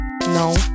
No